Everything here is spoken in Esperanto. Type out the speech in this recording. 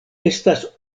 estas